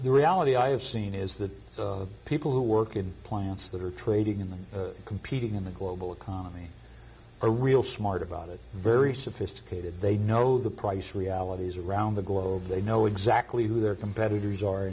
the reality i have seen is that people who work in plants that are trading in competing in the global economy a real smart about it very sophisticated they know the price realities around the globe they know exactly who their competitors are